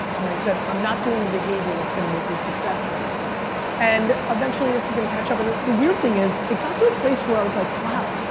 and i said i'm not doing the behavior that's gonna make me successful and eventually this is gonna catch up, and the weird thing is, it got to a place where i was like, wow,